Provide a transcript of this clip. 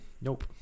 nope